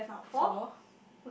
four